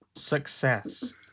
Success